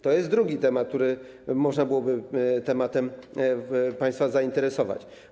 To jest drugi temat, którym można byłoby państwa zainteresować.